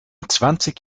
zwanzig